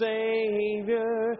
Savior